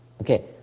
Okay